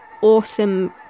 awesome